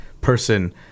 person